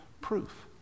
proof